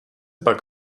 pak